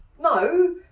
No